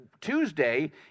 Tuesday